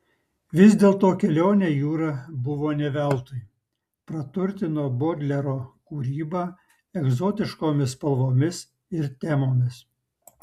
vis dėlto kelionė jūra buvo ne veltui praturtino bodlero kūrybą egzotiškomis spalvomis ir temomis